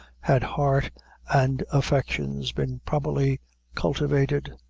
had heart and affections been properly cultivated.